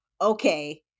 okay